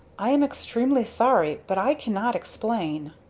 i am extremely sorry. but i cannot explain!